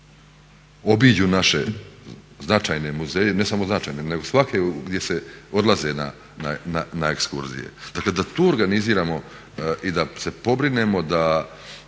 obiđu naše značajne muzeje, ne samo značajne nego svake gdje se odlaze na ekskurzije. Dakle, da tu organiziramo i da se pobrinemo da